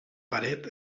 paret